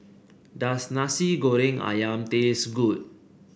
does Nasi Goreng ayam taste good